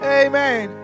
amen